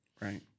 Right